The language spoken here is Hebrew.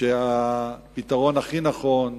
שהפתרון הכי נכון,